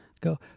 go